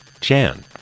Chan